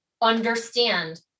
understand